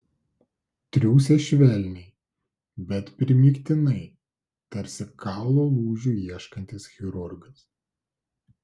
triūsė švelniai bet primygtinai tarsi kaulo lūžių ieškantis chirurgas